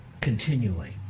continually